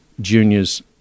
juniors